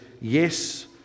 yes